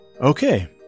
Okay